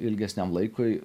ilgesniam laikui